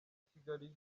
kigali